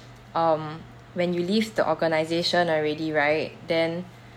um when you leave the organisation already right then